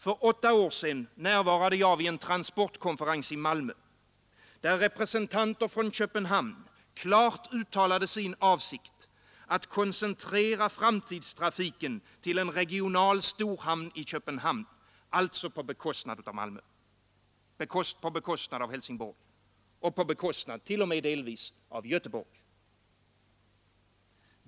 För åtta år sedan var jag närvarande vid en transportkonferens i Malmö, där representanter för Köpenhamn klart uttalade sin avsikt att i framtiden koncentrera trafiken till en regional storhamn i Köpenhamn — alltså på bekostnad av Malmö, Helsingborg, och t.o.m. delvis Göteborg.